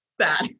sad